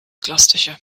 gloucestershire